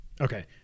okay